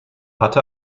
hatte